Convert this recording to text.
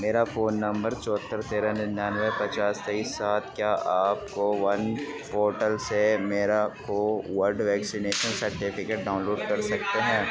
میرا phone number چوہتر تیرہ ننانوے پچاس تئیس سات کیا آپ کوون پورٹل سے میرا Covid vaccination certificate download کر سکتے ہیں